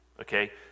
okay